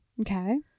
Okay